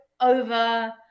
Over